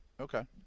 okay